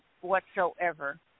whatsoever